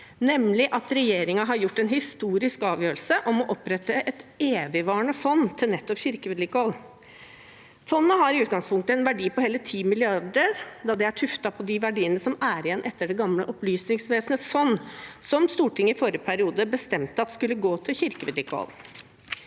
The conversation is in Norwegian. nemlig at regjeringen har tatt en historisk avgjørelse om å opprette et evigvarende fond til nettopp kirkevedlikehold. Fondet har i utgangspunktet en verdi på hele 10 mrd. kr, da det er tuftet på de verdiene som er igjen etter det gamle Opplysningsvesenets fond, som Stortinget i forrige periode bestemte skulle gå til kirkevedlikehold.